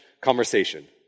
conversation